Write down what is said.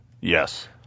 Yes